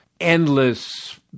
endless